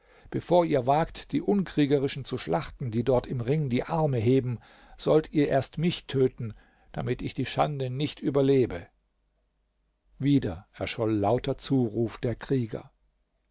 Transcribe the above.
bevor ihr wagt die unkriegerischen zu schlachten die dort im ring die arme heben sollt ihr erst mich töten damit ich die schande nicht überlebe wieder erscholl lauter zuruf der krieger